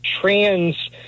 trans